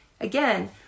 Again